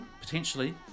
potentially